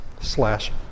slash